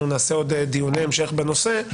אנחנו נעשה עוד דיוני המשך בנושא.